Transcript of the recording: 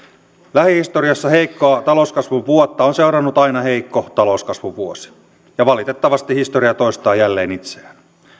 lähihistoriassa heikkoa talouskasvun vuotta on seurannut aina heikko talouskasvun vuosi ja valitettavasti historia toistaa jälleen itseään